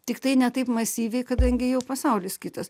tiktai ne taip masyviai kadangi jau pasaulis kitas